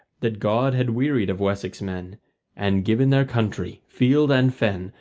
that god had wearied of wessex men and given their country, field and fen,